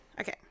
okay